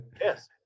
Yes